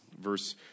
verse